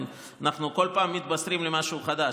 אנחנו כל פעם מתבשרים על משהו חדש.